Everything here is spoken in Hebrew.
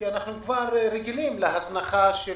כי אנחנו כבר רגילים להזנחה של